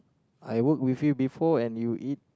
I work with you before and you eat